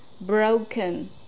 broken